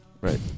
right